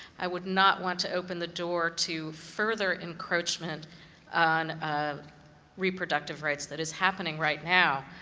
i would not want to open the door to further encroachment on reproductive rights that is happening right now.